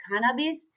cannabis